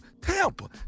Tampa